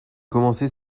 commencé